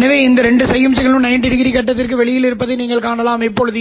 உள்வரும் சமிக்ஞை cos θs ஆக இருக்கும்போது நான் ஹோமோடைனை